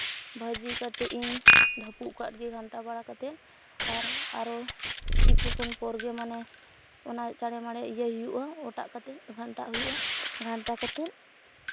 ᱵᱷᱟᱹᱡᱤ ᱠᱟᱛᱮᱫ ᱤᱧ ᱰᱷᱟᱯᱚᱜ ᱠᱟᱫ ᱜᱷᱟᱱᱴᱟ ᱵᱟᱲᱟ ᱠᱟᱛᱮᱫ ᱟᱨ ᱟᱨᱚ ᱠᱤᱪᱷᱩ ᱠᱷᱚᱱ ᱯᱚᱨ ᱜᱮ ᱢᱟᱱᱮ ᱚᱱᱟ ᱪᱟᱬᱮᱢᱟᱲᱮ ᱤᱭᱟᱹᱭ ᱦᱩᱭᱩᱜᱼᱟ ᱚᱴᱟᱜ ᱠᱟᱛᱮᱫ ᱜᱷᱟᱱᱴᱟᱣᱟᱜ ᱦᱩᱭᱩᱜᱼᱟ ᱜᱷᱟᱱᱴᱟ ᱠᱟᱛᱮᱫ